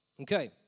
Okay